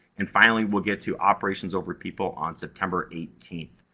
and finally, we'll get to operations over people on september eighteenth.